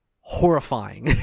horrifying